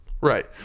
Right